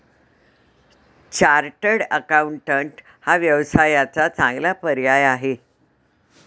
chartered accountant हा व्यवसायाचा चांगला पर्याय आहे